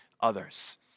others